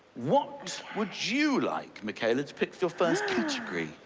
what would you like, michaela, to pick for your first category?